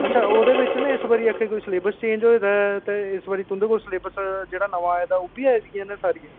अच्छा ओह्दे बिच्च ना इस बारी आक्खै दे कोई सलेबस चेंज होए दा ऐ ते इस बारी तुं'दे कोल सलेबस जेह्ड़ा नमां आए दा ऐ ओह् बी आई दियां न सारियां